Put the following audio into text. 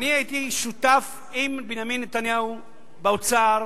הייתי שותף עם בנימין נתניהו באוצר